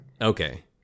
Okay